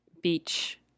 beach